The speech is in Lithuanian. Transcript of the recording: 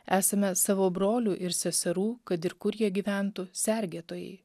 esame savo brolių ir seserų kad ir kur jie gyventų sergėtojai